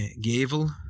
Gavel